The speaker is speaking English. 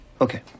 Okay